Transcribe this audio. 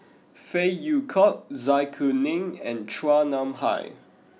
Phey Yew Kok Zai Kuning and Chua Nam Hai